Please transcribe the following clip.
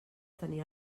tenia